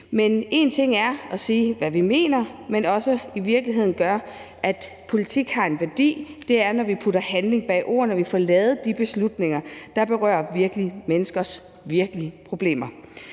men en ting er at sige, hvad vi mener. Det, der gør, at politik i virkeligheden også har en værdi, er, når vi sætter handling bag ordene og får taget de beslutninger, der berører virkelige menneskers virkelige problemer.